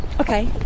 Okay